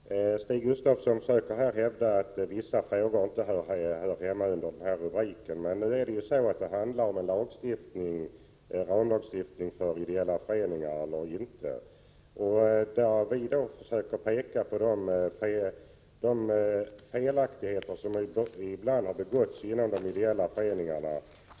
Herr talman! Stig Gustafsson försöker hävda att vissa frågor inte hör hemma under den här rubriken. Men nu är det ju så att ärendet gäller en ramlagstiftning för ideella föreningar eller inte. Där har vi försökt visa på felaktigheter som ibland har begåtts inom de ideella föreningarna.